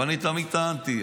ואני תמיד טענתי,